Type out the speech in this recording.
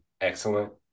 excellent